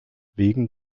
wegen